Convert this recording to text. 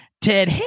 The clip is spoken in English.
Ted